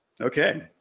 okay